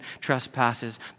trespasses